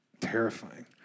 terrifying